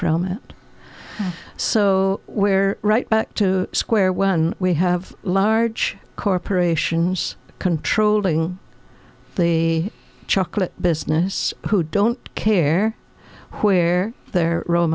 from it so where right back to square when we have large corporations controlling the chocolate business who don't care where their role